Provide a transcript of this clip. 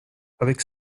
avec